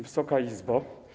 Wysoka Izbo!